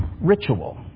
Ritual